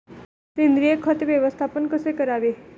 सेंद्रिय खत व्यवस्थापन कसे करावे?